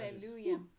hallelujah